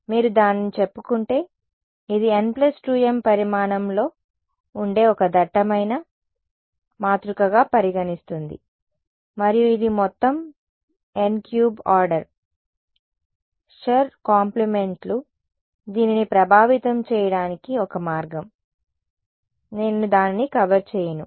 మీరు దానిని చెప్పకుంటే ఇది n2m పరిమాణంలో ఉండే ఒక దట్టమైన మాతృకగా పరిగణిస్తుంది మరియు ఇది మొత్తం n క్యూబ్ ఆర్డర్ షుర్ కాంప్లిమెంట్లు దీనిని ప్రభావితం చేయడానికి ఒక మార్గం నేను దానిని కవర్ చేయను